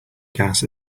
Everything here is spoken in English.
gas